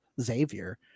xavier